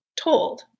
told